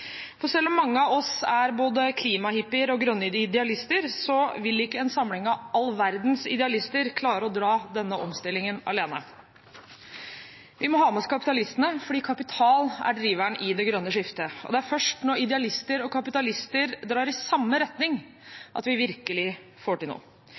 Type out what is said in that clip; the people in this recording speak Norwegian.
Selv om mange av oss er både klimahippier og grønne idealister, vil ikke en samling av all verdens idealister klare å dra denne omstillingen alene. Vi må ha med oss kapitalistene, fordi kapital er driveren i det grønne skiftet. Det er først når idealister og kapitalister drar i samme retning at vi virkelig får til noe.